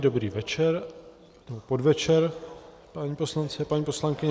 Dobrý večer, podvečer, páni poslanci a paní poslankyně.